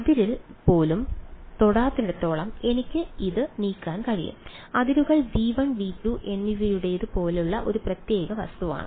അതിരിൽ പോലും തൊടാത്തിടത്തോളം എനിക്ക് അത് നീക്കാൻ കഴിയും അതിരുകൾ V1 V2 എന്നിവയുടേത് പോലെയുള്ള ഒരു പ്രത്യേക വസ്തുവാണ്